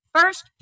First